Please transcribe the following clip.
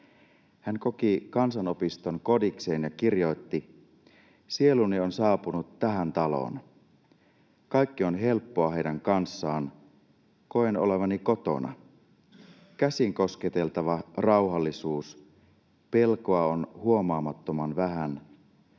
Hän koki kansanopiston kodikseen ja kirjoitti: ”Sieluni on saapunut tähän taloon. Kaikki on helppoa heidän kanssaan. Koen olevani kotona. Käsinkosketeltava rauhallisuus. Pelkoa on huomaamattoman vähän.